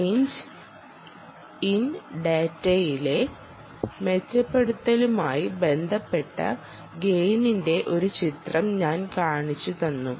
range in ഡാറ്റയിലെ മെച്ചപ്പെടുത്തലുമായി ബന്ധപ്പെട്ട ഗെയിനിന്റെ ഒരു ചിത്രം ഞാൻ കാണിച്ചുതന്നു